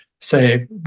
say